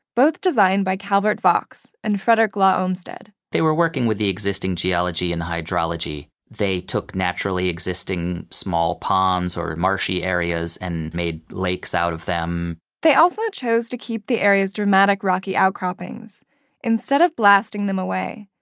both designed by calvert vaux and frederick law olmstead they were working with the existing geology and the hydrology. they took naturally existing small ponds or marshy areas and made lakes out of them they also chose to keep the area's dramatic rocky outcroppings instead of blasting them away,